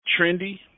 trendy